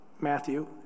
Matthew